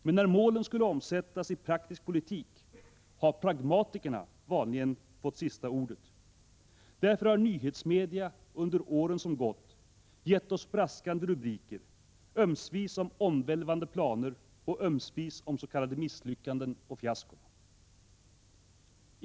Men när målen skulle omsättas i praktisk politik har pragmatikerna vanligen fått sista ordet. Därför har nyhetsmedia under åren som gått gett oss braskande rubriker ömsevis om omvälvande planer och ömsevis om s.k. misslyckanden och fiaskon.